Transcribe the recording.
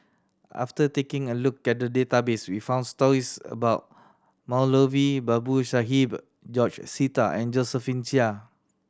after taking a look at the database we found stories about Moulavi Babu Sahib George Sita and Josephine Chia